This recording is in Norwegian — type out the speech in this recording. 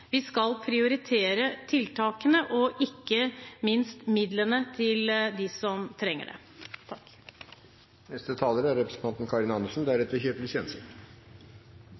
vi skal prioritere tiltakene og ikke minst midlene til dem som trenger det. Representanten Ørmen Johnsen sa at vi er